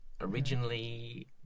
Originally